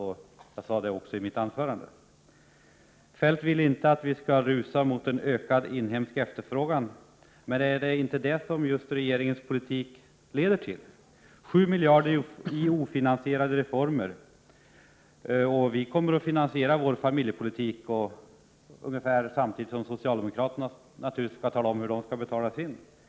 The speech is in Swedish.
Det sade jag också i mitt anförande. Feldt vill inte att vi skall rusa mot en ökad inhemsk efterfrågan. Men är det inte just detta som regeringens politik leder till — 7 miljarder i ofinansierade reformer? Vi kommer att finansiera vår familjepolitik, lika väl som socialdemokraterna bör tala om hur de vill betala sin familjepolitik.